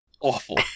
awful